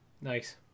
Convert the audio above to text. Nice